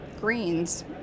greens